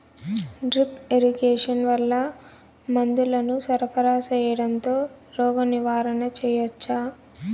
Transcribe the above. Drip irrigation వల్ల మందులను సరఫరా సేయడం తో రోగ నివారణ చేయవచ్చా?